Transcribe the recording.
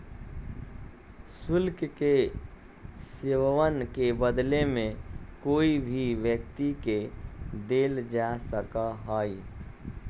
शुल्क के सेववन के बदले में कोई भी व्यक्ति के देल जा सका हई